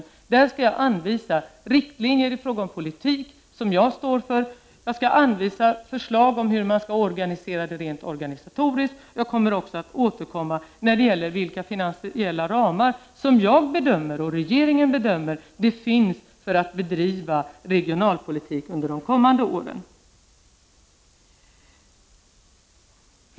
I den skall jag redovisa riktlinjer i fråga om den politik som jag står för. Jag skall redovisa förslag till lösningar på rent organisatoriska frågor. Jag kommer också att återkomma när det gäller de finansiella ramar som jag och regeringen bedömer finns för att bedriva regionalpolitik under de kommande åren.